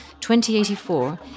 2084